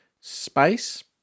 Space